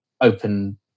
open